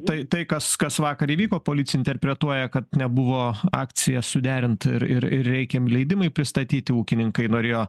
tai tai kas kas vakar įvyko policija interpretuoja kad nebuvo akcija suderint ir ir ir reikiami leidimai pristatyti ūkininkai norėjo